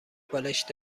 بالشت